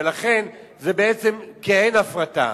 ולכן זה בעצם כעין הפרטה.